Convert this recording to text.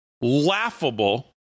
laughable